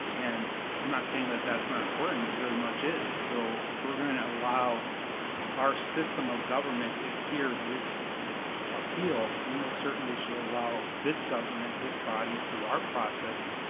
and i'm not saying that that's not important, and it very much is. so if we're gonna allow our system of government to hear this appeal, we most certainly should allow this government, this body, through our process,